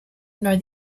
nor